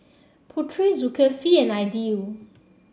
Putri Zulkifli and Aidil